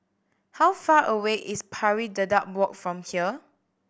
how far away is Pari Dedap Walk from here